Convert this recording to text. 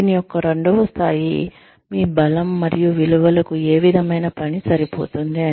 దీని యొక్క రెండవ స్థాయి మీ బలం మరియు విలువలకు ఏ విధమైన పని సరిపోతుంది